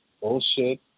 bullshit